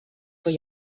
vor